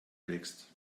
wächst